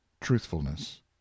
Truthfulness